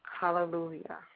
Hallelujah